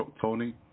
Tony